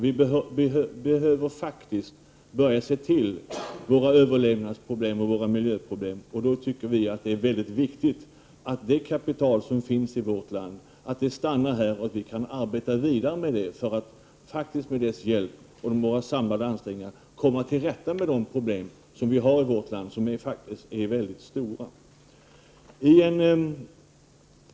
Vi behöver verkligen börja se till våra överlevnadsproblem och miljöproblem. Då tycker vi att det är väldigt viktigt att det kapital som finns i vårt land stannar här så att vi kan arbeta vidare med att med dess hjälp och med samlade ansträngningar komma till rätta med de problem som vi har i vårt land och som faktiskt är väldigt stora.